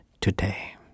today